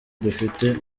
dufite